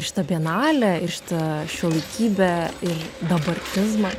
šitą bienalę ir šitą šiuolaikybę ir dabartizmą